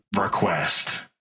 request